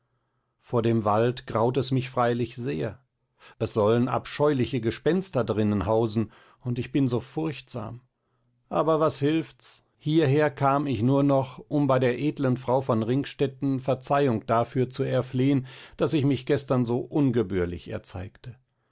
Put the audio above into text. vor dem wald graut es mich freilich sehr es sollen abscheuliche gespenster drinnen hausen und ich bin so furchtsam aber was hilft's hierher kam ich nur noch um bei der edlen frau von ringstetten verzeihung dafür zu erflehen daß ich mich gestern so ungebührlich erzeigte